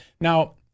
Now